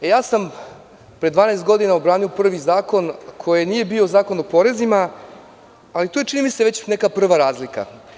Pre 12 godina sam odbranio prvi zakon, koji nije bio Zakon o porezima, ali to je, čini mi se, već neka prva razlika.